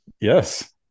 yes